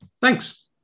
Thanks